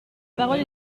parole